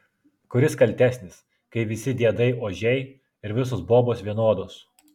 kuris kaltesnis kai visi diedai ožiai ir visos bobos vienodos